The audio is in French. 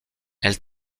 elle